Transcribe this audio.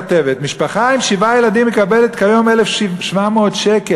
הכתבת: משפחה עם שבעה ילדים מקבלת כיום 1,700 שקל,